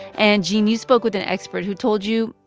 and, gene, you spoke with an expert who told you,